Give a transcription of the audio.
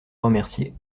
remercier